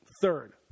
Third